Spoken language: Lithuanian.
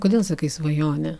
kodėl sakai svajonė